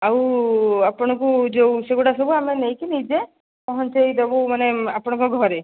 ଆଉ ଆପଣଙ୍କୁ ଯେଉଁ ସେଗୁଡ଼ା ସବୁ ନେଇକି ନିଜେ ପହଞ୍ଚେଇଦେବୁ ମାନେ ଆପଣଙ୍କ ଘରେ